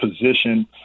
position